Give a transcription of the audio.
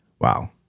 Wow